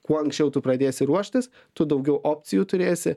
kuo anksčiau tu pradėsi ruoštis tu daugiau opcijų turėsi